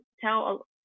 tell